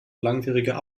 langwierige